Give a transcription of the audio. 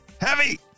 heavy